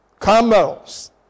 camels